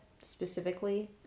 specifically